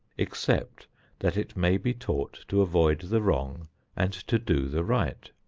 except that it may be taught to avoid the wrong and to do the right?